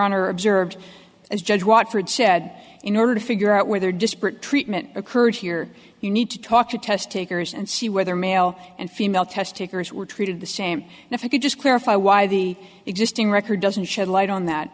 honor observed as judge watt for it said in order to figure out whether disparate treatment occurred here you need to talk to test takers and see whether male and female test takers were treated the same and if i could just clarify why the existing record doesn't shed light on that